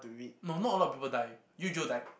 no not a lot of people die Eugeo died